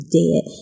dead